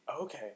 Okay